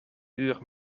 uur